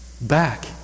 back